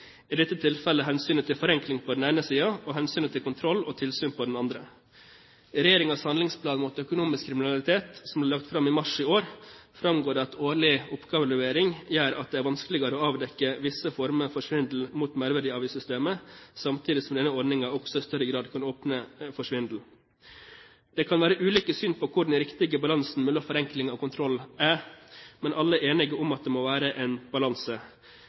i dette tilfellet hensynet til forenkling på den ene siden og hensynet til kontroll og tilsyn på den andre. I Regjeringens handlingsplan mot økonomisk kriminalitet, som ble lagt fram i mars i år, framgår det at årlig oppgavelevering gjør at det er vanskeligere å avdekke visse former for svindel mot merverdiavgiftssystemet, samtidig som denne ordningen også i større grad kan åpne for svindel. Det kan være ulike syn på hvor den riktige balansen mellom forenkling og kontroll er. Men alle er enige om at det må være en balanse.